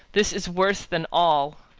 this is worse than all.